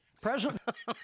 President-